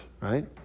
Right